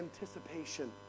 anticipation